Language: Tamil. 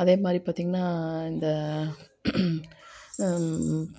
அதே மாதிரி பார்த்தீங்கன்னா இந்த